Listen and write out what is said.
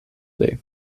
dig